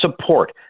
support